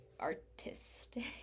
artistic